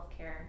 healthcare